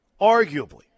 arguably